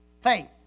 Faith